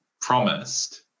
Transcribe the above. promised